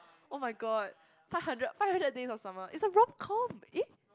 oh-my-god five hundred Five Hundred Days of Summer it's a romcom eh